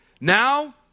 Now